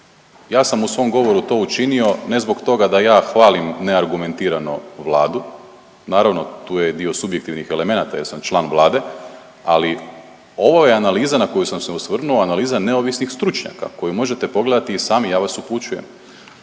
ja sam u svom govoru to učinio ne zbog toga da ja hvalim neargumentirano Vladu, naravno tu je dio subjektivnih elemenata, ja sam član Vlade, ali ovo je analiza na koju sam se osvrnuo, analiza neovisnih stručnjaka koju možete pogledati i sami ja vas upućujem.